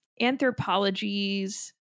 Anthropologie's